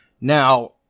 Now